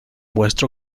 vuestro